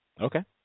Okay